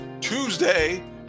tuesday